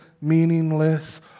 meaningless